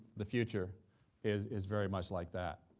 the future is is very much like that,